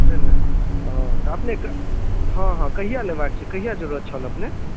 नहि नहि अँ तऽ अपनेक हँ हँ कहिआ लेबाक छै कहिआ जरूरत छल अपने